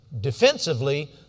defensively